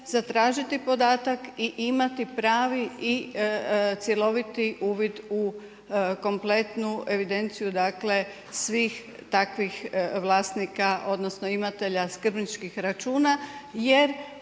zatražiti podatak i imati pravi i cjeloviti uvid u kompletnu evidenciju svih takvih vlasnika odnosno imatelja skrbničkih računa.